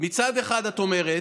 מצד אחד את אומרת: